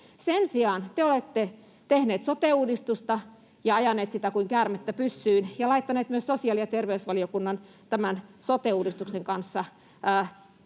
Sen sijaan te olette tehneet sote-uudistusta ja ajaneet sitä kuin käärmettä pyssyyn ja laittaneet myös sosiaali- ja terveysvaliokunnan tämän sote-uudistuksen kanssa